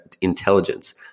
intelligence